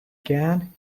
gang